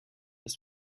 ist